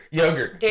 yogurt